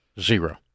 zero